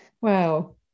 wow